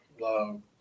love